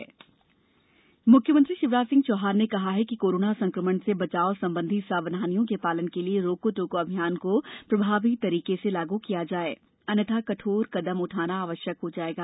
मध्य Pradesh corona मुख्यमंत्री शिवराज सिंह चौहान ने कहा है कि कोरोना संक्रमण से बचाव संबंधी सावधानियों के पालन के लिये रोको टोको अभियान को प्रभावी तरीके से लागू किया जाये अन्यथा कठोर कदम उठाना आवश्यक हो जायेगा